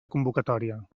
convocatòria